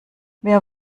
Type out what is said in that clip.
wer